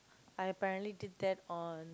I apparently did that on